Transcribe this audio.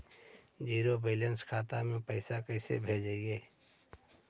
Zero balance खाता से पैसा कैसे भेजबइ?